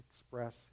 express